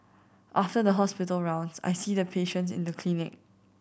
after the hospital rounds I see the patients in the clinic